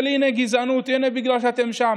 הינה, גזענות, הינה, בגלל שאתם שם.